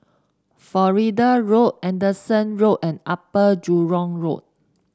Florida Road Anderson Road and Upper Jurong Road